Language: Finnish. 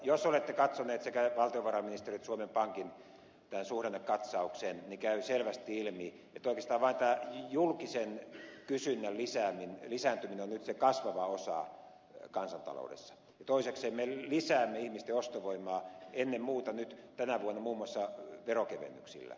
jos olette katsoneet sekä valtiovarainministeriön että suomen pankin suhdannekatsauksen niin käy selvästi ilmi että oikeastaan vain tämä julkisen kysynnän lisääntyminen on nyt se kasvava osa kansantaloudessa ja toisekseen me lisäämme ihmisten ostovoimaa ennen muuta nyt tänä vuonna muun muassa veronkevennyksillä